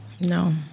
No